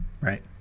Right